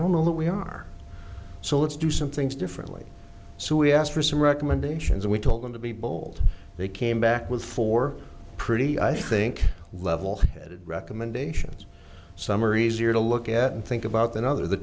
don't know what we are so let's do some things differently so we asked for some recommendations and we told them to be bold they came back with four pretty i think level headed recommendations some are easier to look at and think about than other the